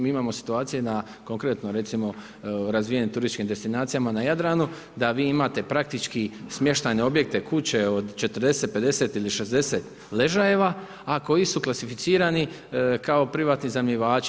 Mi imamo situacije da konkretno recimo razvijenim turističkim destinacijama na Jadranu da vi imate praktički smještajne objekte, kuće od 40, 50 ili 60 ležajeva a koji su klasificirani kao privatni iznajmljivači.